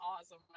awesome